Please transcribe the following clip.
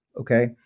Okay